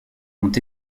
ont